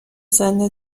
زنده